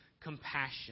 compassion